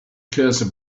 cursor